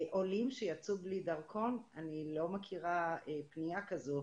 עולים שיצאו בלי דרכון, אני לא מכירה פנייה כזו.